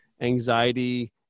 anxiety